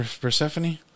Persephone